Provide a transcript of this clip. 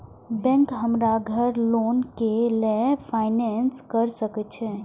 Bank हमरा घर loan के लेल फाईनांस कर सके छे?